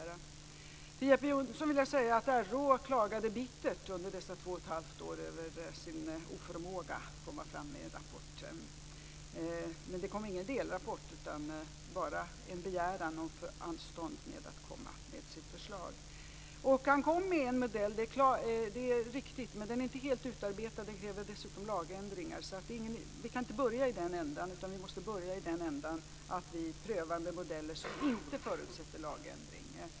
Till Jeppe Johnsson vill jag säga att RÅ klagade bittert under dessa två och ett halvt år över sin oförmåga att komma fram med en rapport. Det kom ingen delrapport, utan enbart en begäran om anstånd med att komma med sitt förslag. Det är riktigt att han föreslog en modell. Men den är inte helt utarbetad, och den kräver dessutom lagändringar. Vi kan inte börja i den änden, utan vi måste börja med att pröva modeller som inte förutsätter lagändring.